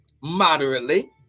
moderately